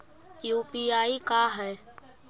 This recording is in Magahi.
यु.पी.आई का है?